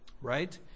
Right